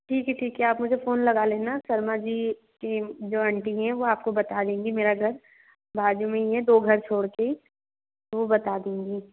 ठीक है ठीक है आप मुझे फ़ोन लगा लेना शर्मा जी की जो अंटी हैं वो आपको बता देंगी मेरा घर बाज़ू में ही है दो घर छोड़के ही वो बता देंगी